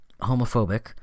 homophobic